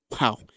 wow